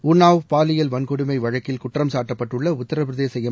உன்னாவ் பாலியல் வன்கொடுளம வழக்கில் குற்றம்சாட்டப்பட்டுள்ள உத்தரப்பிரதேச எம்